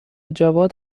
جواد